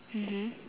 mmhmm